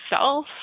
self